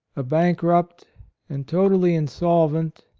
a bankrupt and totally in solvent,